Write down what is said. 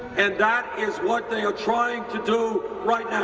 and that is what they are trying to do right